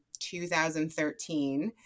2013